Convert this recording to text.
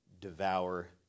devour